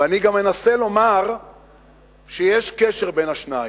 ואני גם אנסה לומר שיש קשר בין השניים.